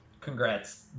Congrats